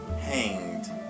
hanged